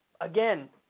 again